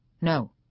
No